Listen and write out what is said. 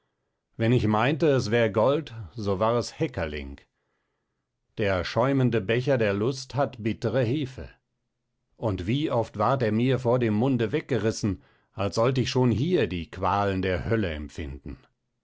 wenn ich meinte es wär gold so war es heckerling der schäumende becher der lust hat bittere hefe und wie oft ward er mir vor dem munde weggerißen als sollt ich schon hier die qualen der hölle empfinden